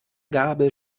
gabel